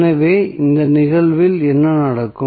எனவே இந்த நிகழ்வில் என்ன நடக்கும்